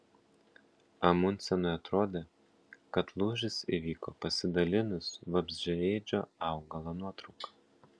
amundsenui atrodė kad lūžis įvyko pasidalinus vabzdžiaėdžio augalo nuotrauka